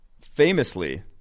famously